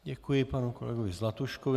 Děkuji panu kolegovi Zlatuškovi.